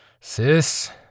Sis